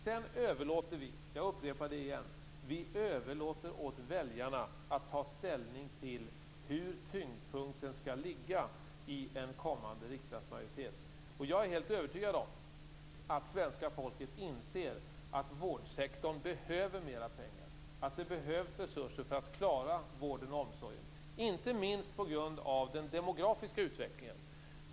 Sedan överlåter vi - jag upprepar det igen - åt väljarna att ta ställning till hur tyngdpunkten skall ligga i en kommande riksdagsmajoritet. Jag är helt övertygad om att svenska folket inser att vårdsektorn behöver mer pengar, att det behövs resurser för att klara vården och omsorgen, inte minst på grund av den demografiska utvecklingen.